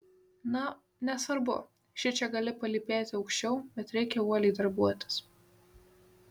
na nesvarbu šičia gali palypėti aukščiau bet reikia uoliai darbuotis